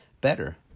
better